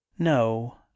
No